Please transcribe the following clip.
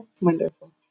wonderful